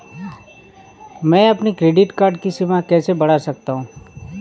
मैं अपने credit card की सीमा कैसे बढ़ा सकता हूँ?